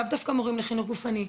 לאו דווקא מורים לחינוך גופני,